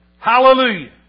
Hallelujah